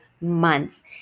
months